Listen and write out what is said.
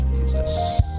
jesus